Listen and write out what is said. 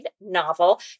novel